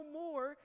more